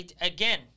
Again